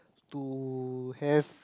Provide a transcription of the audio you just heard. to have